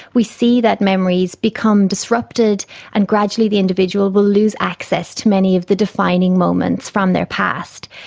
we see that memories become disrupted and gradually the individual will lose access to many of the defining moments from their past.